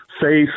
faith